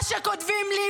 מה שכותבים לי,